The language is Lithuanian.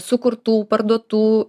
sukurtų parduotų